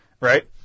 Right